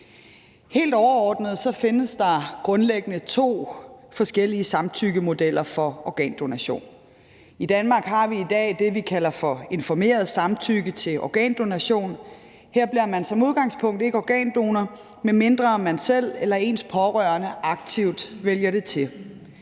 Helt overordnet findes der grundlæggende to forskellige samtykkemodeller for organdonation. I Danmark har vi i dag det, vi kalder for informeret samtykke til organdonation. Her bliver man som udgangspunkt ikke organdonor, medmindre man selv eller ens pårørende aktivt vælger det til.